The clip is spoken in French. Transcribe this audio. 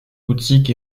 boutiques